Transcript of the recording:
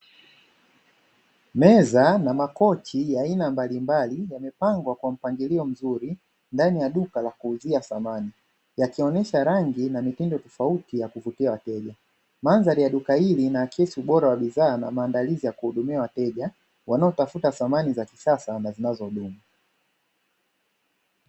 Meza na makochi aina mbalimbali yamepangwa kwa mpangilio mzuri ndani ya duka la kuuzia samani, yakionesha rangi na mipangilio tofauti ya kupitia wateja, mandhari ya duka hili ni yenye ubora wa bidhaa na maandalizi ya kuhudumia wateja wanaotafuta thamani za kisasa na zinazodumu.